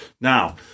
Now